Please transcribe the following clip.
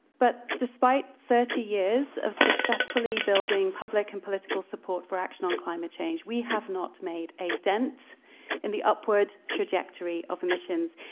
but despite thirty years of successfully building and political support for action on climate change, we have not made a dent in the upward trajectory of emissions.